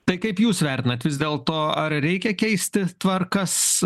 tai kaip jūs vertinat vis dėlto ar reikia keisti tvarkas